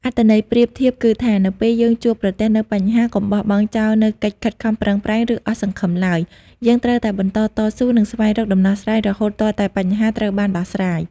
អត្ថន័យប្រៀបធៀបគឺថា នៅពេលយើងជួបប្រទះនូវបញ្ហា កុំបោះបង់ចោលនូវកិច្ចខិតខំប្រឹងប្រែង ឬអស់សង្ឃឹមឡើយ យើងត្រូវតែបន្តតស៊ូ និងស្វែងរកដំណោះស្រាយរហូតទាល់តែបញ្ហាត្រូវបានដោះស្រាយ។